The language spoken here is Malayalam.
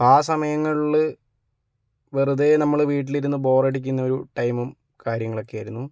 അപ്പോൾ ആ സമയങ്ങളിൽ വെറുതേ നമ്മൾ വീട്ടിലിരുന്ന് ബോറടിക്കുന്ന ഒരു ടൈമും കാര്യങ്ങളൊക്കെയായിരുന്നു